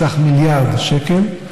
בסך מיליארד שקל,